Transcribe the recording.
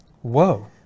Whoa